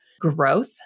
growth